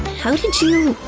how did you,